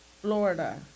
Florida